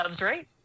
right